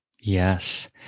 Yes